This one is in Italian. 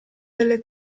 delle